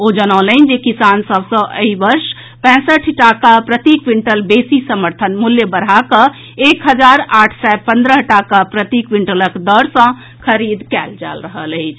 ओ जनौलनि जे किसान सभ सँ एहि वर्ष पैंसठि टाका प्रति क्विंटल बेसी समर्थन मूल्य बढ़ा कऽ एक हजार आठ सय पन्द्रह टाका प्रति क्विंटलक दर सँ खरीद कयल जा रहल अछि